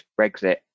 Brexit